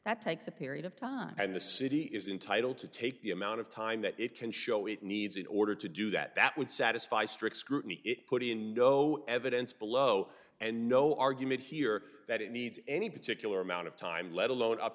that takes a period of time and the city is entitle to take the amount of time that it can show it needs in order to do that that would satisfy strict scrutiny it put in no evidence below and no argument here that it needs any particular amount of time let alone up